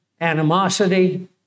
animosity